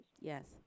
Yes